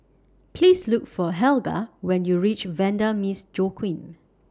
Please Look For Helga when YOU REACH Vanda Miss Joaquim